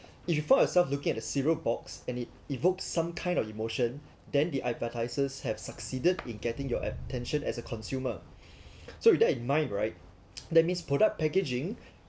you find yourself looking at a cereal box and it evoked some kind of emotion then the advertisers have succeeded in getting your attention as a consumer so with that in mind right that means product packaging